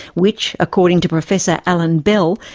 which, according to professor alan bell,